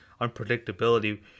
unpredictability